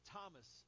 Thomas